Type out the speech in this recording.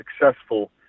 successful